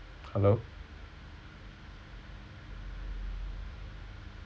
hello